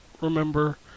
remember